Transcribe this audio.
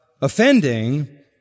offending